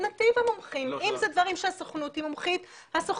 אם זה דברים שנתיב המומחים אז נתיב המומחים,